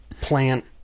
plant